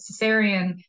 cesarean